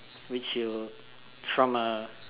which you will from a